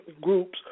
groups